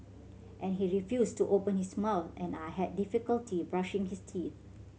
and he refused to open his mouth and I had difficulty brushing his teeth